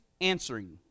answering